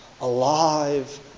alive